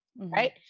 right